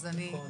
נכון.